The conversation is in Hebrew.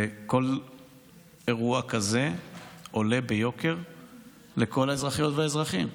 וכל אירוע כזה עולה ביוקר לכל האזרחיות והאזרחים,